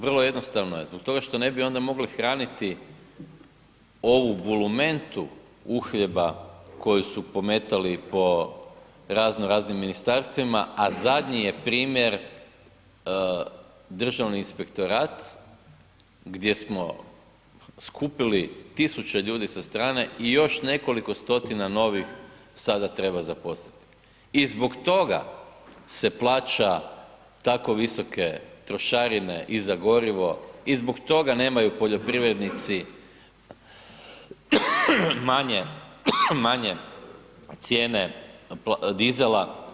Vrlo jednostavno je, zbog toga što ne bi onda mogli hraniti ovu bulumentu uhljeba koje su pometali po razno raznim ministarstvima, a zadnji je primjer državni inspektorat, gdje smo skupili tisuće ljudi sa strane i još nekoliko stotina novih sada treba zaposliti i zbog toga se plaća tako visoke trošarine i za gorivo i zbog toga nemaju poljoprivrednici manje cijene dizela.